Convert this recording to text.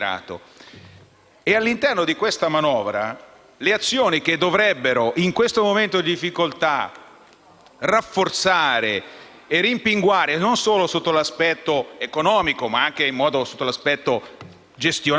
All'interno di questa manovra, mancano le azioni che dovrebbero, in questo momento di difficoltà rafforzare e rimpinguare, non solo sotto l'aspetto economico ma anche sotto l'aspetto gestionale